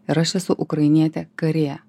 ir aš esu ukrainietė kare